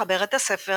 מחברת הספר